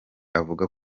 avuga